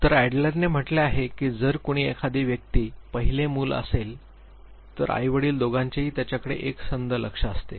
तर अॅडलरने म्हटले आहे की जर कुणी एखादी व्यक्ती पहिले मूल असेल तर आई वडील दोघांचेही त्यच्याकडे एकसंध लक्ष असते